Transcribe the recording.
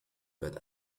but